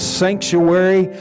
sanctuary